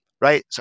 right